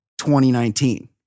2019